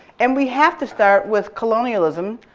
and we have to start with colonialism.